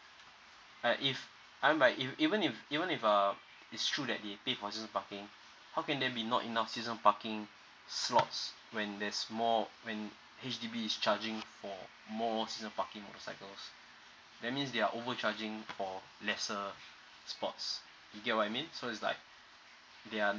alright if I'm like if even if even if uh it's true that they pay for season parking how can there be not enough season parking slots when there's more when H_D_B is charging for more season parking for motorcycle that means they are overcharging for lesser spots you get what I mean so is like they are